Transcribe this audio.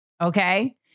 okay